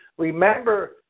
Remember